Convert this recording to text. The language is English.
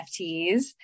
NFTs